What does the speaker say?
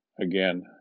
again